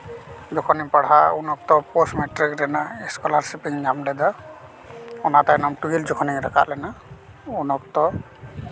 ᱡᱚᱠᱷᱚᱱᱤᱧ ᱯᱟᱲᱦᱟᱜ ᱩᱱ ᱚᱠᱛᱚ ᱯᱳᱥᱴ ᱢᱮᱴᱨᱤᱠ ᱨᱮᱱᱟᱜ ᱮᱥᱠᱚᱞᱟᱨᱥᱤᱯ ᱤᱧ ᱧᱟᱢ ᱞᱮᱫᱟ ᱚᱱᱟ ᱛᱟᱭᱱᱚᱢ ᱴᱩᱭᱮᱞ ᱡᱚᱠᱷᱚᱱᱤᱧ ᱨᱟᱠᱟᱵ ᱞᱮᱱᱟ ᱩᱱ ᱚᱠᱛᱚ